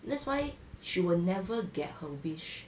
that's why she will never get her wish